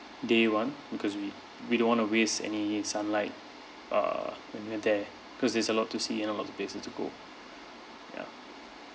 day one because we we don't want to waste any sunlight err when we're there cause there's a lot to see and a lot of places to go ya